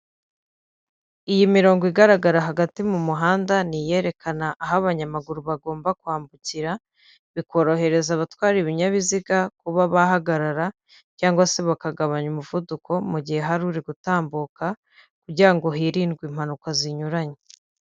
Iyi mirongo igaragara hagati mu muhanda, ni iyerekana aho abanyamaguru bagomba kwambukira, bikorohereza abatwara ibinyabiziga kuba bahagarara cyangwa se bakagabanya umuvuduko, mu gihe hari uri gutambuka kugira ngo hirindwe impanuka zinyuranye.